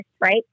right